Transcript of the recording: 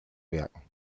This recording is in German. werken